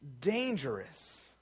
dangerous